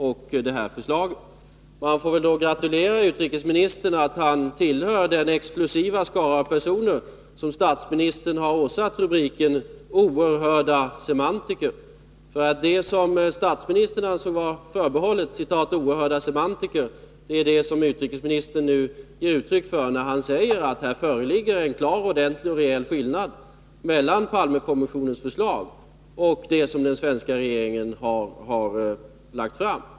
Jag får då gratulera utrikesministern till att han tillhör den exklusiva skara personer som statsministern har åsatt rubriken oerhörda semantiker. Det som enligt statsministern var förbehållet ”oerhörda semantiker” är det som utrikesministern nu ger uttryck för, när han säger att här föreligger en klar, ordentlig och rejäl skillnad mellan Palmekommissionens förslag och det förslag som den svenska regeringen har framlagt. Herr talman!